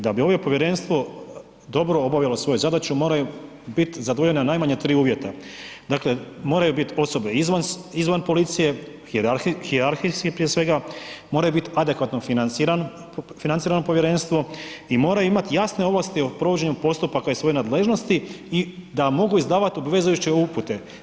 Da bi ovo povjerenstvo dobro obavljalo svoju zadaću, moraju biti zadovoljena najmanje tri uvjeta, dakle moraju biti osobe izvan policije, hijerarhijski prije svega, moraju biti adekvatno financirano povjerenstvo i mora imat jasne ovlasti o provođenju postupaka iz svoje nadležnosti i da mogu izdavati obvezujuće upute.